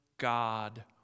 God